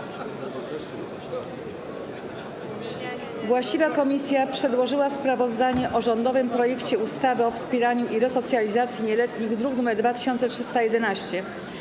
Właściwa komisja przedłożyła sprawozdanie o rządowym projekcie ustawy o wspieraniu i resocjalizacji nieletnich, druk nr 2311.